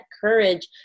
courage